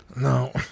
No